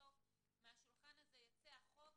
מהשולחן הזה יצא החוק